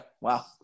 Wow